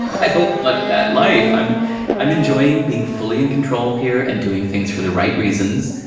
i don't want that life. i'm i'm enjoying being fully in control here, and doing things for the right reasons,